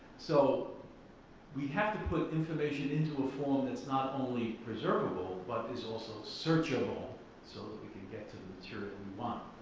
so we have to put information into a form that's not only preservable, but is also searchable so that we get get to the material we want.